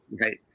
Right